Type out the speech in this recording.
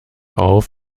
auf